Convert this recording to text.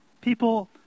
People